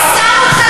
תירגע, שמעתי אותך,